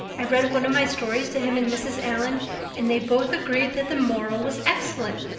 i read one of my stories to him and mrs. allan and they both agreed that the moral was excellent.